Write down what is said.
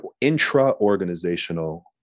intra-organizational